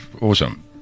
awesome